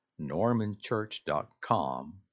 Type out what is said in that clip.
normanchurch.com